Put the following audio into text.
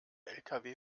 lkw